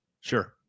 Sure